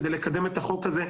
כדי לקדם את החוק הזה,